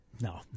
No